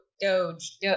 Doge